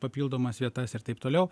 papildomas vietas ir taip toliau